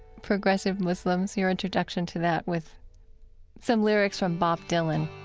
progressive muslims your introduction to that with some lyrics from bob dylan